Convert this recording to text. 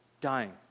dying